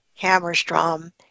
Hammerstrom